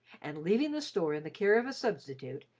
and leaving the store in the care of a substitute,